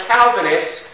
Calvinists